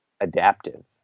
adaptive